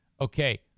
Okay